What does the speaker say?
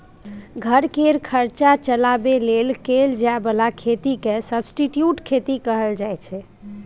घर केर खर्चा चलाबे लेल कएल जाए बला खेती केँ सब्सटीट्युट खेती कहल जाइ छै